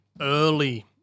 Early